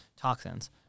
toxins